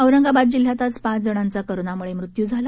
औरंगाबाद जिल्ह्यात आज पाच जणांचा कोरोनामुळे मृत्यू झाला